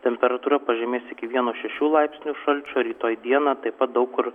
temperatūra pažemės iki vieno šešių laipsnių šalčio rytoj dieną taip pat daug kur